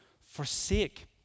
forsake